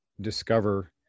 discover